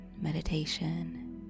meditation